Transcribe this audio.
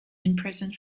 imprisoned